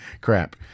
crap